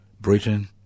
Britain